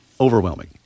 overwhelming